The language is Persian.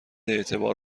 اعتبار